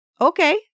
Okay